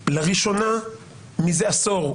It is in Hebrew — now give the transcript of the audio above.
כבר לראשונה מידי עשור,